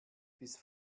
bis